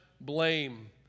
blame